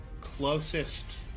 Closest